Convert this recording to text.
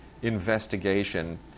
investigation